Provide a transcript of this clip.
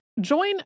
Join